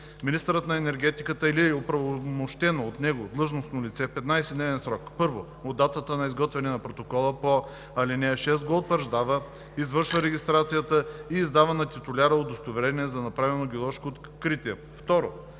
Министърът на енергетиката или оправомощено от него длъжностно лице в 15-дневен срок: 1. от датата на изготвяне на протокола по ал. 6 го утвърждава, извършва регистрацията и издава на титуляря удостоверение за направено геоложко откритие; 2.